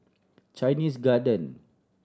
Chinese Garden